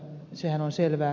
sehän on selvä